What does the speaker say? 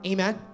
Amen